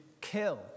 kill